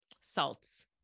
salts